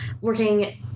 working